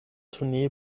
tournee